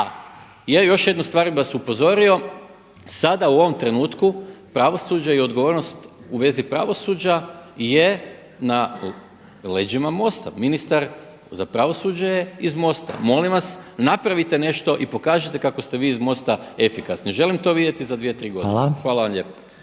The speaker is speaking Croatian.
A ja bi još jednu stvar vas upozorio, sada u ovom trenutku pravosuđe i odgovornost u vezi pravosuđa je na leđima MOST-a, ministar za pravosuđe je iz MOST-a. Molim vas napravite nešto i pokažite kako ste vi iz MOST-a efikasni. Želim to vidjeti za 2,3 godine. Hvala vam lijepa.